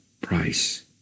price